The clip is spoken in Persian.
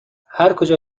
هرکجا